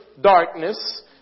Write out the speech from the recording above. darkness